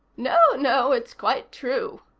no, no, it's quite true,